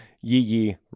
Yee-yee